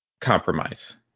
compromise